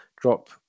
drop